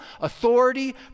authority